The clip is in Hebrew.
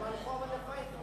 אבל הם "הלכו פייפן".